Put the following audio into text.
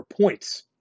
points